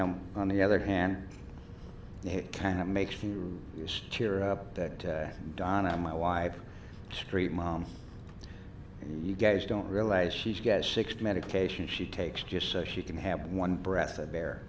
w on the other hand it kind of makes the cheer up that donna my wife street mom you guys don't realize she's gets six medication she takes just so she can have one breath of air